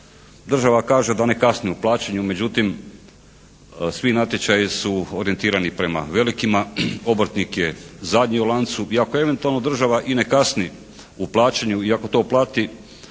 Država kaže da ne kasni u plaćanju, međutim svi natječaji su orijentirani prema velikima. Obrtnik je zadnji u lancu i ako eventualno država i ne kasni u plaćanju, i ako to plati